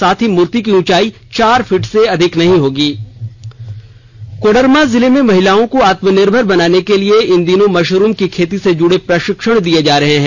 साथ ही मूर्ति की उंचाई चार फीट से ऊंची नहीं होगी कोडरमा जिले में महिलाओं को आत्मनिर्भर बनाने के लिए इन दिनों मशरूम की खेती से जुड़े प्रशिक्षण दिए जा रहे हैं